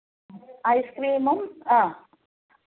ice ക്രീമും ആ